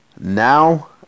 now